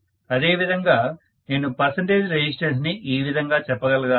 అదే విధంగా నేను పర్సంటేజ్ రెసిస్టెన్స్ ని ఈ విధంగా చెప్పగలగాలి